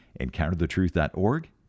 EncounterTheTruth.org